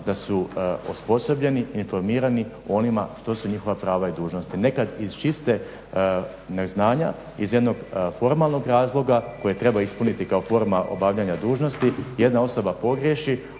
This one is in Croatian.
da su osposobljeni, informirani o onome što su njihova prava i dužnosti. Nekad iz čistog neznanja iz jednog formalnog razloga koji treba ispuniti kao formu obavljanja dužnosti jedna osoba pogriješi,